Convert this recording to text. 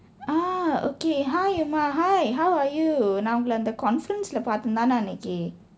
ah okay hi uma hi how are you நான் உங்களை அந்த:naan ungkalai andtha conference பார்த்தேன் தானே அன்றைக்கு:paarththeen thaanee anraikku